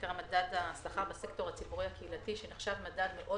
שנקרא מדד השכר בסקטור הציבורי הקהילתי שנחשב מדד מאוד